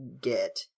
get